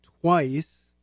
twice